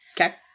Okay